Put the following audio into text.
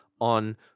on